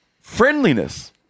friendliness